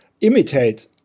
imitate